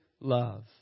love